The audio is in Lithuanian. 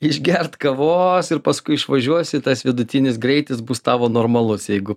išgert kavos ir paskui išvažiuosi tas vidutinis greitis bus tavo normalus jeigu